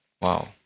Wow